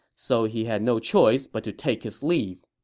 so he had no choice but to take his leave.